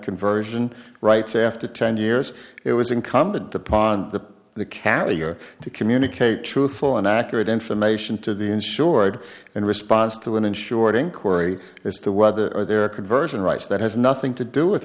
conversion rights after ten years it was incumbent upon the the carrier to communicate truthful and accurate information to the insured in response to an insured in corrie as to whether there are conversion rights that has nothing to do with